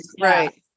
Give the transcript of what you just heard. Right